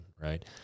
right